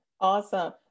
Awesome